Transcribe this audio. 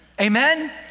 Amen